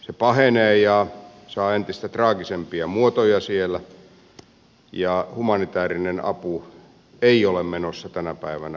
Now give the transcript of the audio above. se pahenee ja saa entistä traagisempia muotoja siellä ja humanitäärinen apu ei ole menossa tänä päivänä perille